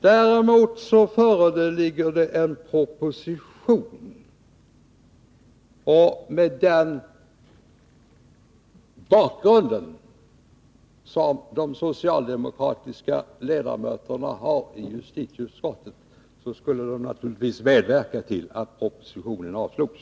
Det finns också en proposition att ta ställning till. Men mot bakgrund av de socialdemokratiska ledamöternas tidigare agerande i justitieutskottet bör de naturligtvis medverka till att propositionen avslås.